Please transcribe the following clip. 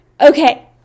Okay